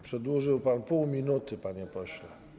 Przedłużył pan o pół minuty, panie pośle.